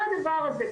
כל הדבר הזה,